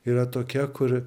yra tokia kur